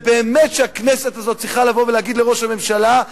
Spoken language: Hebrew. זה באמת שהכנסת הזאת צריכה לבוא ולהגיד לראש הממשלה: